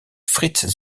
fritz